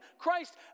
Christ